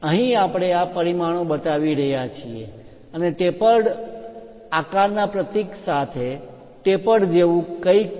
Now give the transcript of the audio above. અહીં આપણે આ પરિમાણો બતાવી રહ્યાં છીએ અને ટેપર્ડ આકારના પ્રતીક સાથે ટેપર્ડ જેવું કંઈક પણ